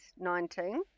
19